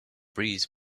breeze